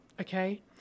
okay